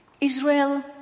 Israel